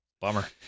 Bummer